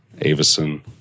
Avison